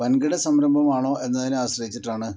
വൻകിട സംരംഭം ആണോ എന്നതിനെ ആശ്രയിച്ചിട്ടാണ്